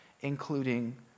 including